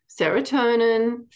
Serotonin